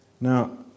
now